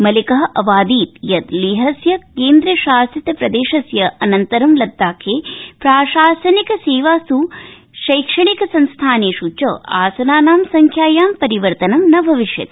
मलिक अवादीत् यत् लेहस्य केन्द्र शासित प्रदेशस्य अनन्तरं लद्दाखे प्राशासनिक सेवास् शैक्षणिक संस्थानेष् च आसनानां संख्यायां परिवर्तनं न भविष्यति